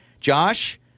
Josh